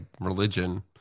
religion